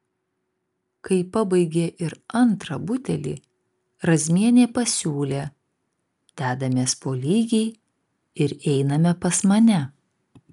kai pabaigė ir antrą butelį razmienė pasiūlė dedamės po lygiai ir einame pas mane